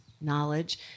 knowledge